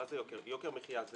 יוקר מחיה זה